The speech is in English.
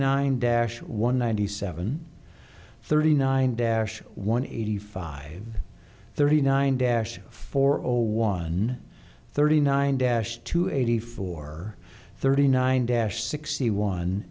nine dash one ninety seven thirty nine dash one eighty five thirty nine dash four or one thirty nine dash two eighty four thirty nine dash sixty one